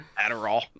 Adderall